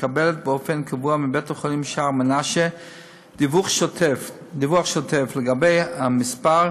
מקבלת באופן קבוע מבית-החולים שער מנשה דיווח שוטף לגבי המספר,